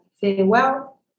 farewell